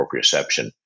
proprioception